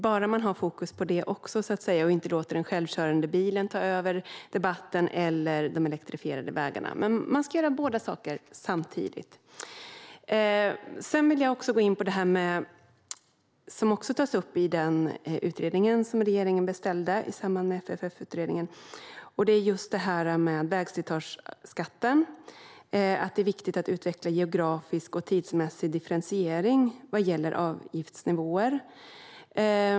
Bara man har fokus på det också så att säga och inte låter den självkörande bilen eller de elektrifierade vägarna ta över debatten. Man ska göra båda sakerna samtidigt. Jag vill gå in på det som också tas upp i den utredning som regeringen beställde i samband med FFF-utredningen, nämligen vägslitageskatten och att det är viktigt att utveckla geografisk och tidsmässig differentiering vad gäller avgiftsnivåer.